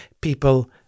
people